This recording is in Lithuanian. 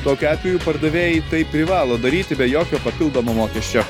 tokiu atveju pardavėjai tai privalo daryti be jokio papildomo mokesčio